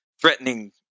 threatening